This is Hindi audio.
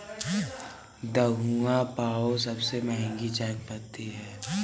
दहुंग पाओ सबसे महंगी चाय पत्ती है